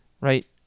right